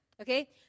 Okay